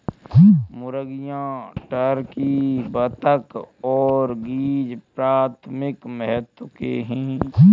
मुर्गियां, टर्की, बत्तख और गीज़ प्राथमिक महत्व के हैं